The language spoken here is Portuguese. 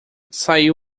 saiu